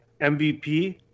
MVP